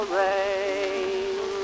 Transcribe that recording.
rain